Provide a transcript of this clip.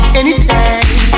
anytime